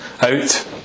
out